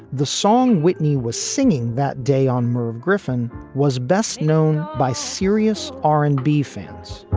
the song whitney was singing that day on merv griffin was best known by serious r and b fans.